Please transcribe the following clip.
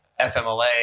fmla